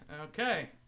Okay